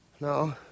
No